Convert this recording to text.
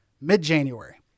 mid-January